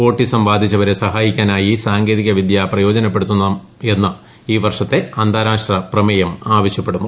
autism ബാധിച്ചവരെ സഹായിക്കാനായി സാങ്കേതിക വിദ്യ പ്രയോജനപ്പെടുത്തണമെന്നാണ് ഈ വർഷത്തെ അന്താരാഷ്ട്ര പ്രമേയം ആവശ്യപ്പെടുന്നത്